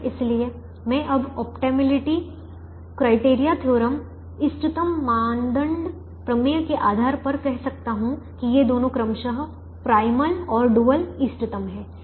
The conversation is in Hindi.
इसलिए मैं अब ऑप्टिमैलिटी क्राइटेरिया थ्योरम इष्टतम मानदंड प्रमेय के आधार पर कह सकता हूं कि ये दोनों क्रमशः प्राइमल और डुअल इष्टतम हैं